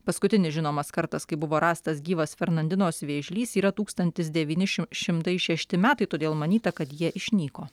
paskutinis žinomas kartas kai buvo rastas gyvas fernandinos vėžlys yra tūkstantis devyni šim šimtai šešti metai todėl manyta kad jie išnyko